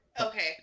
Okay